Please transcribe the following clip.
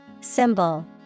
Symbol